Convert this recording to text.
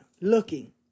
looking